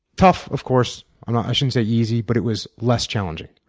tough, of course i shouldn't say easy but it was less challenging.